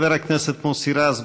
חבר הכנסת מוסי רז,